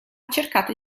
cercato